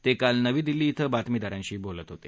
ते काल नवी दिल्ली क्रें बातमीदारांशी बोलत होते